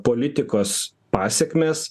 politikos pasekmės